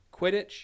quidditch